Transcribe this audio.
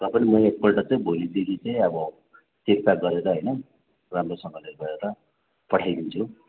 र पनि म एकपल्ट चाहिँ भोलिदेखि चाहिँ अब चेकचाक गरेर होइन राम्रोसँगले गएर पठाइदिन्छु